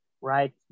right